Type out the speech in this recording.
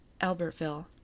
Albertville